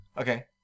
Okay